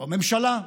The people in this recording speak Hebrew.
או ממשלה,